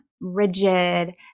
rigid